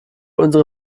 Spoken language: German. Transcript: unsere